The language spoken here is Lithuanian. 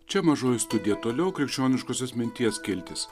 čia mažoji studija toliau krikščioniškosios minties skiltis